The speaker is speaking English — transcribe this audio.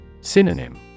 Synonym